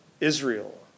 Israel